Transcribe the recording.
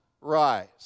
rise